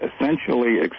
essentially